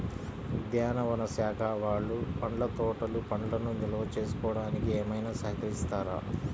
ఉద్యానవన శాఖ వాళ్ళు పండ్ల తోటలు పండ్లను నిల్వ చేసుకోవడానికి ఏమైనా సహకరిస్తారా?